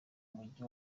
mujyi